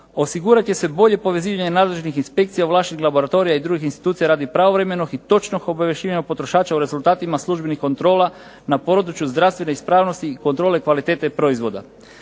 Osigurat će se bolje povezivanje nadležnih inspekcija, ovlaštenih laboratorija i drugih institucija radi pravovremenog i točnog obavješćivanja potrošača o rezultatima službenih kontrola na području zdravstvene ispravnosti i kontrole kvalitete proizvoda.